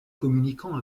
communiquant